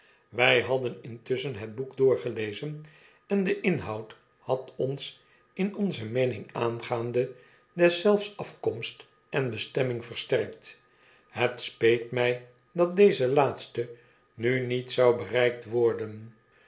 wy hadden intusschen het boek doorgelezen en de inhoud had ons in onze meening aangaande deszelfs afkomst en bestemming versterkt het speet my dat deze laatste nu niet zou bereikt worden